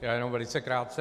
Já jenom velice krátce.